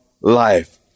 life